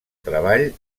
treball